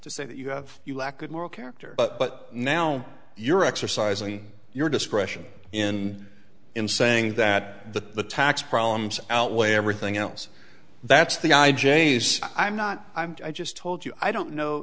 to say that you have you lack good moral character but now you're exercising your discretion in in saying that the tax problems outweigh everything else that's the guy js i'm not i'm i just told you i don't know